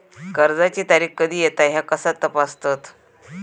कर्जाची तारीख कधी येता ह्या कसा तपासतत?